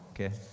okay